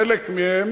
חלק מהם